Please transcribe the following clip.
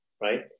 right